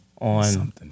on